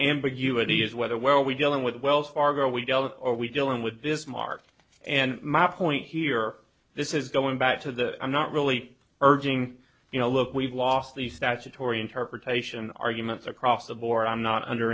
ambiguity is whether well we dealing with wells fargo we dealt or we dealing with bismarck and my point here this is going back to the i'm not really urging you know look we've lost the statutory interpretation arguments across the board i'm not under